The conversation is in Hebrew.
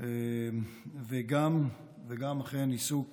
וגם אכן עיסוק